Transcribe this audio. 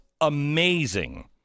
amazing